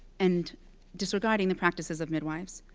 and disregarding the practices of midwives,